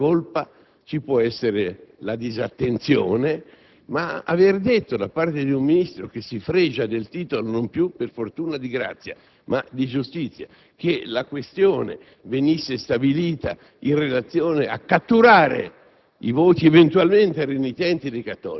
Ci può essere il dolo, ci può essere la colpa, ci può essere la disattenzione, ma aver detto da parte di un Ministro che si fregia del titolo non più, per fortuna, «di grazia», ma di giustizia che la questione veniva stabilita in relazione alla cattura